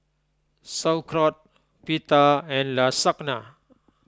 Sauerkraut Pita and Lasagna